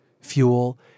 fuel